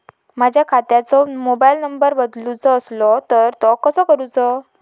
माझ्या खात्याचो mobile number बदलुचो असलो तर तो कसो करूचो?